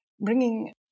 bringing